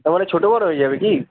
তার মানে ছোটো বড়ো হয়ে যাবে কি